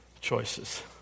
choices